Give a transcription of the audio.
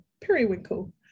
periwinkle